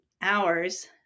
hours